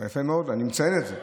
יפה מאוד, ואני מציין את זה.